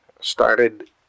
started